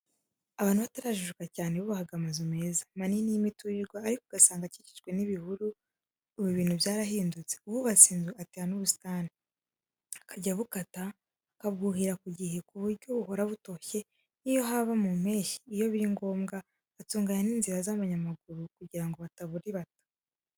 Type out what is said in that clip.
Abantu batarajijuka cyane bubakaga amazu meza, manini y'imiturirwa, ariko ugasanga akikijwe n'ibihuru, ubu ibintu byarahindutse, uwubatse inzu atera n'ubusitani, akajya abukata, akabwuhira ku gihe ku buryo buhora butoshye n'iyo haba mu mpeshyi, iyo biri ngombwa atunganya n'inzira z'abanyamaguru kugira ngo batazaburibata.